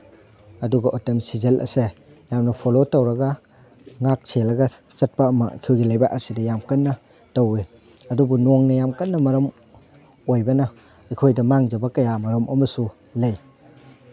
ꯑꯗꯨꯒ autumn season ꯑꯁꯦ ꯌꯥꯝꯅ ꯐꯣꯂꯣ ꯇꯧꯔꯒ ꯉꯥꯛ ꯁꯦꯜꯂꯒ ꯆꯠꯄ ꯑꯃ ꯑꯩꯈꯣꯏꯒꯤ ꯂꯩꯕꯥꯛ ꯑꯁꯤꯗ ꯌꯥꯝ ꯀꯟꯅ ꯇꯧꯋꯦ ꯑꯗꯨꯕꯨ ꯅꯣꯡꯅ ꯌꯥꯝ ꯀꯟꯅ ꯃꯔꯝ ꯑꯣꯏꯕꯅ ꯑꯩꯈꯣꯏꯗ ꯃꯥꯡꯖꯕ ꯀꯌꯥ ꯃꯔꯨꯝ ꯑꯃꯁꯨ ꯂꯩ